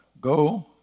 go